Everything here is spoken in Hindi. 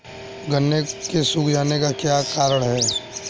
गन्ने के सूख जाने का क्या कारण है?